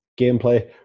gameplay